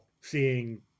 seeing